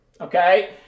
okay